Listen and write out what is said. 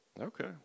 Okay